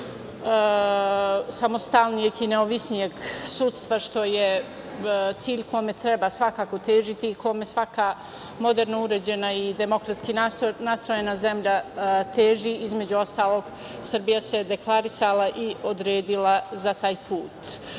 samostalnijeg i nezavisnijeg sudstva, što je cilj kome treba svakako težiti i kome svaka moderno uređena i demokratski nastrojena zemlja teži. Između ostalog, Srbija se deklarisala i odredila za taj put.U